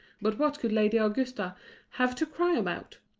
but what could lady augusta have to cry about?